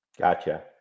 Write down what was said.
Gotcha